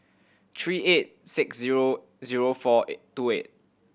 three eight six zero zero four eight two eight